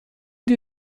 die